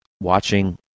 watching